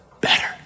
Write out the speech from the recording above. Better